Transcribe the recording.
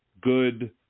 good